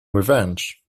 revenge